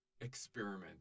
experiment